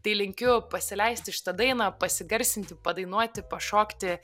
tai linkiu pasileisti šitą dainą pasigarsinti padainuoti pašokti